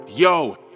Yo